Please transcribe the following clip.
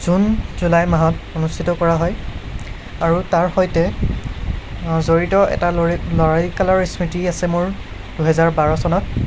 June জুলাই মাহত অনুষ্ঠিত কৰা হয় আৰু তাৰ সৈতে জড়িত এটা লৰি ল'ৰালিকালৰ এটা স্মৃতি আছে মোৰ দুহেজাৰ বাৰ চনত